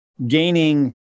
gaining